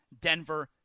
Denver